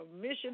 mission